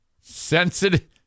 Sensitive